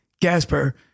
Gasper